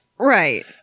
Right